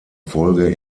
folge